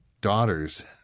daughters